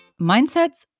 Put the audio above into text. Mindsets